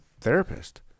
therapist